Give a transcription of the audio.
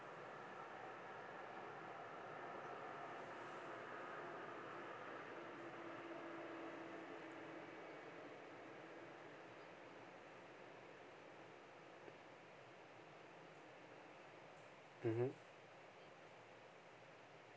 mmhmm